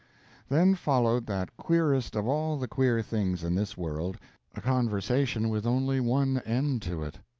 then followed that queerest of all the queer things in this world a conversation with only one end to it.